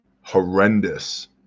Horrendous